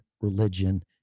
religion